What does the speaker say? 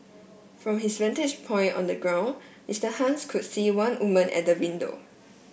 from his vantage point on the ground Mr Hans could see one woman at the window